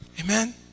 Amen